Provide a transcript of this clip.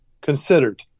considered